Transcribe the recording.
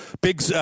big